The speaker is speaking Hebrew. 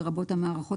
לרבות המערכות,